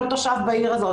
כל תושב בעיר הזאת,